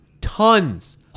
tons